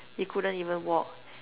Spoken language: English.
it couldn't even walk